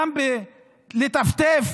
גם בלטפטף.